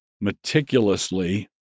meticulously